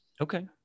Okay